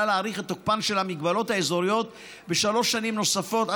להאריך את תוקפן של המגבלות האזוריות בשלוש שנים נוספות,